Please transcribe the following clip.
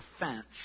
offense